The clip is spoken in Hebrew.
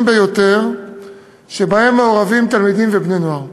ביותר שהיו מעורבים בהם תלמידים ובני-נוער.